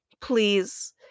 Please